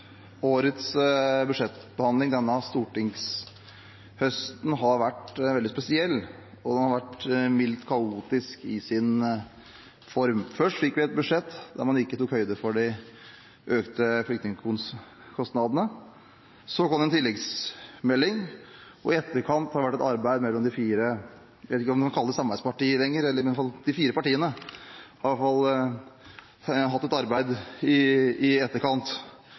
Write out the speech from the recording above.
Årets budsjettbehandling denne stortingshøsten har vært veldig spesiell, og den har vært mildt kaotisk i sin form. Først fikk vi et budsjett der man ikke tok høyde for de økte flyktningkostnadene, så kom en tilleggsmelding, og i etterkant har det vært et samarbeid mellom – jeg vet ikke om man skal kalle dem samarbeidspartier lenger, men i hvert fall har de fire partiene gjort et arbeid i etterkant. I